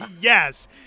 yes